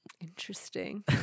Interesting